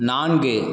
நான்கு